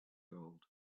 gold